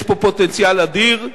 יש פה פוטנציאל אדיר,